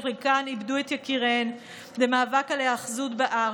שחלקן איבדו את יקיריהן במאבק על ההיאחזות בהר.